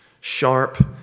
sharp